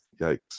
Yikes